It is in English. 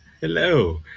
Hello